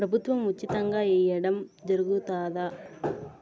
ప్రభుత్వం ఉచితంగా ఇయ్యడం జరుగుతాదా?